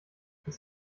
ist